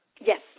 Yes